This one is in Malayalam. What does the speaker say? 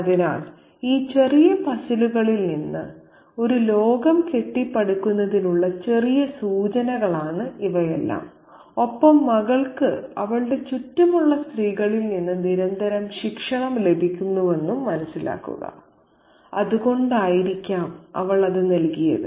അതിനാൽ ഈ ചെറിയ പസിലുകളിൽ നിന്ന് ഒരു ലോകം കെട്ടിപ്പടുക്കുന്നതിനുള്ള ചെറിയ സൂചനകളാണ് ഇവയെല്ലാം ഒപ്പം മകൾക്ക് അവളുടെ ചുറ്റുമുള്ള സ്ത്രീകളിൽ നിന്ന് നിരന്തരം ശിക്ഷണം ലഭിക്കുന്നുവെന്ന് മനസ്സിലാക്കുക അതുകൊണ്ടായിരിക്കാം അവൾ അത് നൽകിയത്